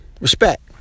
respect